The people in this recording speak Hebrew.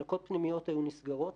מחלקות פנימיות היו נסגרות,